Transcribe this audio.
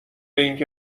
اینکه